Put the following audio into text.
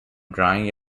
drying